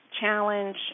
Challenge